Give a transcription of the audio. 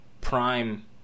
prime